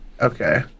okay